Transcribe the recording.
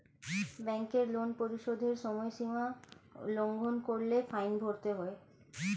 ব্যাংকের লোন পরিশোধের সময়সীমা লঙ্ঘন করলে ফাইন ভরতে হয়